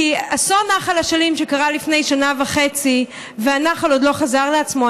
כי אסון נחל אשלים קרה לפני שנה וחצי והנחל עוד לא חזר לעצמו,